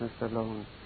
alone